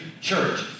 church